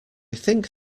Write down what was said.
think